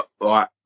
Right